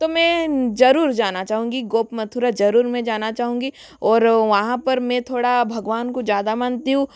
तो मैं जरूर जाना चाहूँगी गोप मथुरा जरूर मैं जाना चाहूँगी और वहाँ पर मैं थोड़ा भगवान को ज़्यादा मानती हूँ